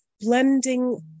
blending